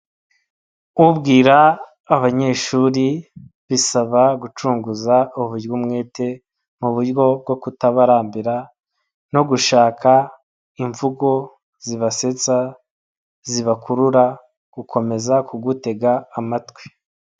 Ubwira abanyeshuri bisaba gucunguza uburyo umwete mu buryo bwo kutabarambira, no gushaka imvugo zibasetsa zibakurura gukomeza kugutega amatwi.